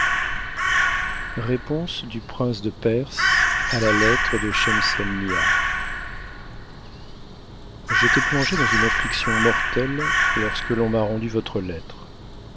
reponse du prince de perse a la lettre de schemselmmar j'étais plongé dans une affliction mortelle lorsqu'on m'a rendu votre lettre